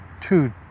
Two